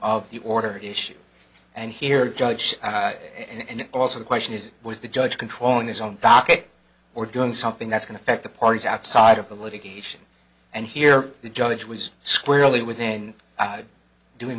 the order issue and here judge and also the question is was the judge controlling his own docket or doing something that's going to affect the parties outside of the litigation and here the judge was squarely within doing